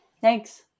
Thanks